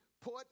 put